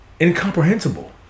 incomprehensible